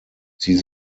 sie